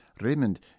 Raymond